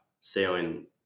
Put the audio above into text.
sailing